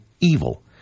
evil